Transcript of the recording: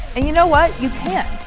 and you know what? you can!